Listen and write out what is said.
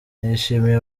nshimiye